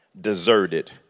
deserted